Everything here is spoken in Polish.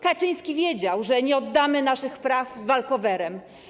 Kaczyński wiedział, że nie oddamy naszych praw walkowerem.